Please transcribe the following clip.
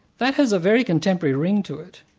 that has a very contemporary ring to it,